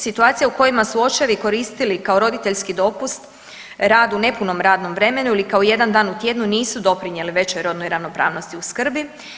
Situacija u kojima su očevi koristiti kao roditeljski dopust rad u nepunom radnom vremenu ili kao jedan dan u tjednu nisu doprinijeli većoj rodnoj ravnopravnosti u skrbi.